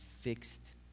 fixed